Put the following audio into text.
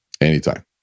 Anytime